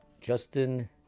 Justin